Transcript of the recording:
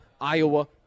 Iowa